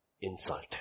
insulted